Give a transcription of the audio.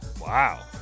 Wow